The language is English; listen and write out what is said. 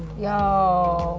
yo,